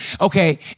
okay